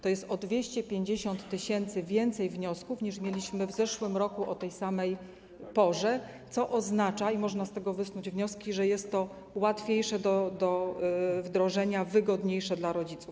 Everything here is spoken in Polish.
To jest o 250 tys. więcej wniosków, niż mieliśmy w zeszłym roku o tej samej porze, co oznacza - i można z tego wysnuć wnioski - że jest to łatwiejsze do wdrożenia i wygodniejsze dla rodziców.